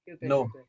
No